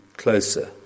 closer